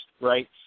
right